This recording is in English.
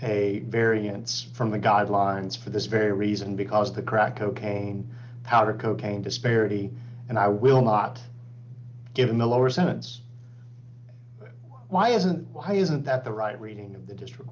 a variance from the guidelines for this very reason because of the crack cocaine powder cocaine disparity and i will not give in the lower sense why isn't why isn't that the right reading of the district